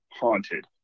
haunted